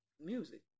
music